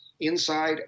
inside